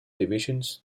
divisions